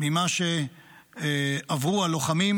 ממה שעברו הלוחמים